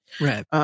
Right